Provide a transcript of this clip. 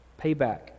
Payback